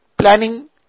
planning